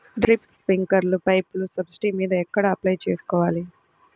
Drip, స్ప్రింకర్లు పైపులు subsidy మీద ఎక్కడ అప్లై చేసుకోవాలి?